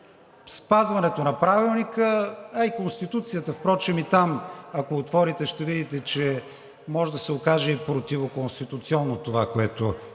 спазването на Правилника, а и в Конституцията впрочем, и там, ако отворите, ще видите, че може да се окаже и противоконституционно това, което